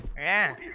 and